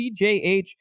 cjh